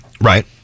right